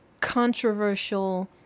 controversial